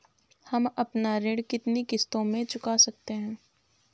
हम अपना ऋण कितनी किश्तों में चुका सकते हैं?